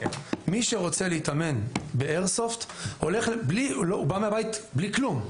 מי שרוצה להתאמן באיירסופט בא מהבית בלי כלום.